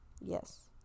Yes